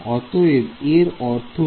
অতএব এর অর্থ কি